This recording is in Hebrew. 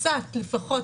קצת לפחות,